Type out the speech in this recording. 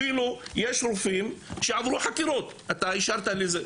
אפילו יש רופאים שעברו חקירות אתה אישרת לזה.